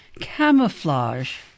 Camouflage